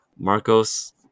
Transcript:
Marcos